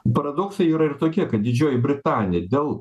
paradoksai yra ir tokie kad didžioji britanija dėl